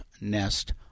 nest